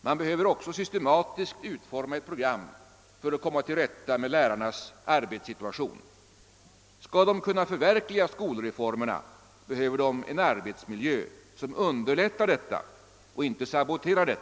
Man behöver också utforma ett program för att komma till rätta med lärarnas arbetssituation. Skall de kunna förverkliga skolreformerna, behöver de en miljö som underlättar arbetet och inte saboterar det.